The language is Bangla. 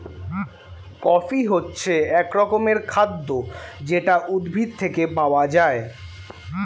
কফি হচ্ছে এক রকমের খাদ্য যেটা উদ্ভিদ থেকে পাওয়া যায়